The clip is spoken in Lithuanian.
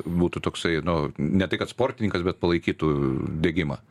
būtų toksai nu ne tai kad sportininkas bet palaikytų degimą